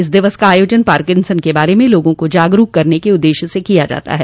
इस दिवस का आयोजन पार्किंसन के बारे में लोगों को जागरूक करने के उद्देश्य से किया जाता है